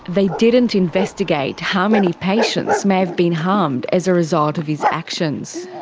they didn't investigate how many patients may have been harmed as a result of his actions.